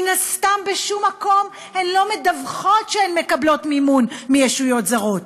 מן הסתם בשום מקום הן לא מדווחות שהן מקבלות מימון מישויות זרות.